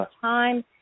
time